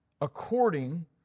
according